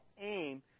aim